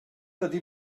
ydy